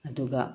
ꯑꯗꯨꯒ